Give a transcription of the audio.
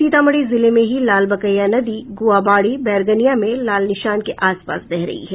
सीतामढ़ी जिले में ही लाल बकेया नदी गोआबाड़ी बैरगनिया में लाल निशान के आसपास बह रही है